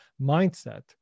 mindset